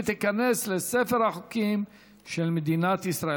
ותיכנס לספר החוקים של מדינת ישראל.